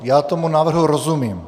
Já tomu návrhu rozumím.